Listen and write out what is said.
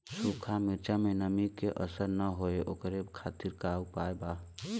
सूखा मिर्चा में नमी के असर न हो ओकरे खातीर का उपाय बा?